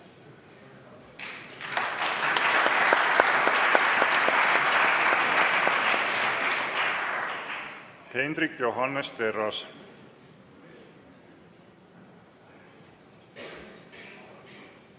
Hendrik Johannes Terras,